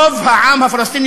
רוב העם הפלסטיני,